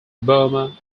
burma